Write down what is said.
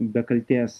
be kaltės